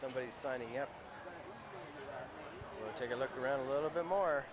somebody signing up to take a look around a little bit more